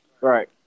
Right